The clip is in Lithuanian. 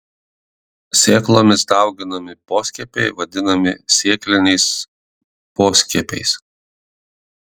sėklomis dauginami poskiepiai vadinami sėkliniais poskiepiais